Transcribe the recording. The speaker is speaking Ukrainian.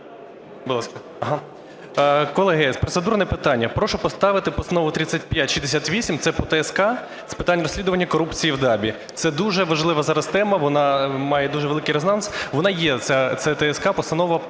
Колеги, процедурне питання. Прошу поставити Постанову 3568, це по ТСК з питань розслідування корупції в ДАБІ. Це дуже важлива зараз тема, вона має дуже великий резонанс. Вона є ця Постанова